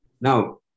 Now